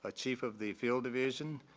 ah chief of the field division.